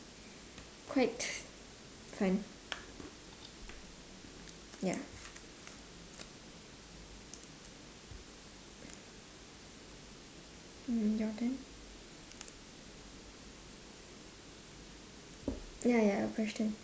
quite fun ya mm your turn ya ya your question